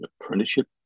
apprenticeship